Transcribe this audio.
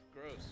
Gross